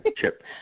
Chip